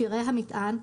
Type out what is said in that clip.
שיירי המטען,